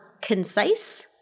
concise